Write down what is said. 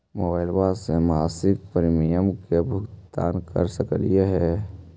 Mobile से मासिक premium के भुगतान कर सकली हे?